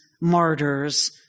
martyrs